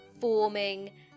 forming